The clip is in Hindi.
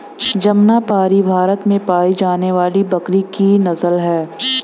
जमनापरी भारत में पाई जाने वाली बकरी की नस्ल है